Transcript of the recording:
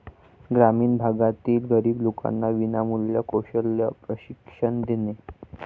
ग्रामीण भागातील गरीब लोकांना विनामूल्य कौशल्य प्रशिक्षण देणे